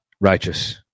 righteous